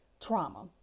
Trauma